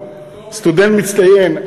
סטודנט מצטיין,